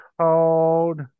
called